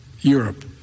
europe